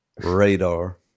radar